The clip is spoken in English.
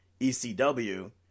ECW